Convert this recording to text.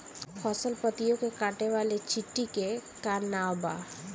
फसल पतियो के काटे वाले चिटि के का नाव बा?